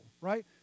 right